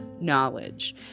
knowledge